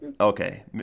Okay